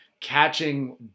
catching